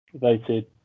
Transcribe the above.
voted